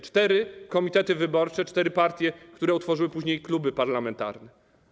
Cztery komitety wyborcze, cztery partie, które stworzyły później kluby parlamentarne.